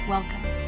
Welcome